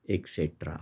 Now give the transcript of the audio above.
etcetera